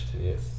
yes